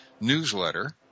newsletter